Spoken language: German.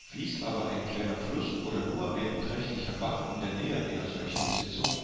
fließt aber ein kleiner fluß oder nur ein beträchtlicher bach in der nähe einer solchen besitzung